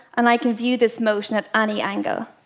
and i can view this motion at any angle.